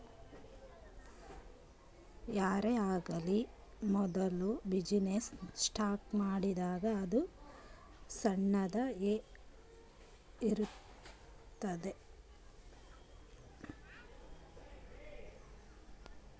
ಯಾರೇ ಆಲಿ ಮೋದುಲ ಬಿಸಿನ್ನೆಸ್ ಸ್ಟಾರ್ಟ್ ಮಾಡಿದಾಗ್ ಅದು ಸಣ್ಣುದ ಎ ಇರ್ತುದ್